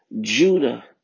Judah